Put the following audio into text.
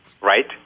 right